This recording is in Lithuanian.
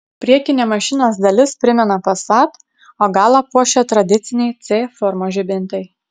priekinė mašinos dalis primena passat o galą puošia tradiciniai c formos žibintai